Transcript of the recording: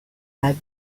but